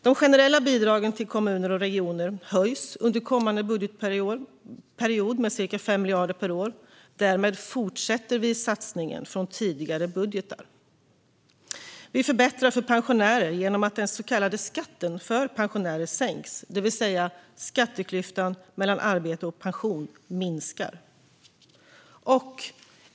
De generella bidragen till kommuner och regioner höjs under kommande budgetperiod med ca 5 miljarder per år. Därmed fortsätter vi satsningen från tidigare budgetar. Vi förbättrar för pensionärer genom att den så kallade skatten för pensionärer sänks, det vill säga att skatteklyftan mellan arbete och pension minskar.